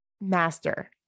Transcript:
master